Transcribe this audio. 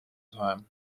time